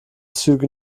züge